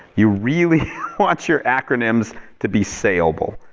you really want your acronyms to be sayable.